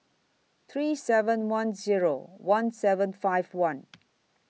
three seven one Zero one seven five one